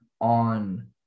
on